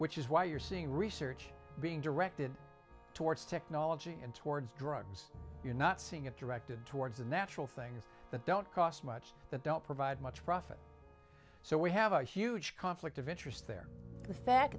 which is why you're seeing research being directed towards technology and towards drugs you're not seeing it directed towards natural things that don't cost much that don't provide much profit so we have a huge conflict of interest there